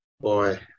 boy